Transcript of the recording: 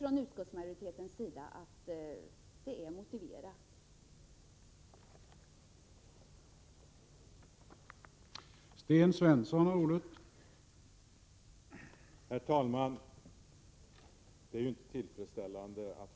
Från utskottsmajoritetens sida tycker vi att det är motiverat med denna prioritering.